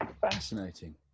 Fascinating